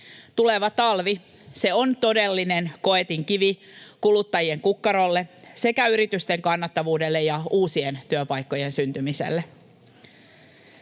Tuleva talvi, se on todellinen koetinkivi kuluttajien kukkarolle sekä yritysten kannattavuudelle ja uusien työpaikkojen syntymiselle.